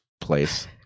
place